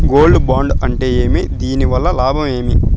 Gold bond అంటే ఏమి? దీని వల్ల లాభాలు ఏమి?